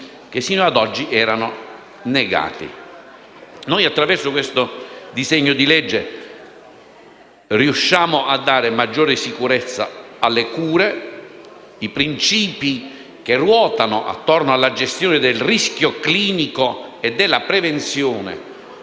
che sino a oggi erano negati. Attraverso questo provvedimento riusciamo a dare maggiore sicurezza alle cure e i principi che ruotano intorno alla gestione del rischio clinico e della prevenzione